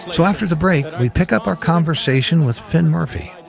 so after the break, we pick up our conversation with finn murphy,